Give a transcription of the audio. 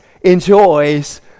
enjoys